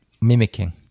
Mimicking